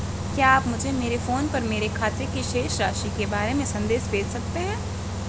क्या आप मुझे मेरे फ़ोन पर मेरे खाते की शेष राशि के बारे में संदेश भेज सकते हैं?